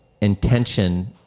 intention